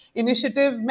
initiative